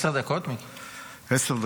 עשר דקות, כן?